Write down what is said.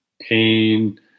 pain